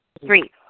three